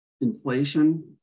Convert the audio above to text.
inflation